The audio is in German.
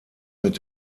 mit